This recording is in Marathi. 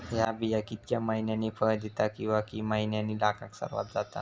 हया बिया कितक्या मैन्यानी फळ दिता कीवा की मैन्यानी लागाक सर्वात जाता?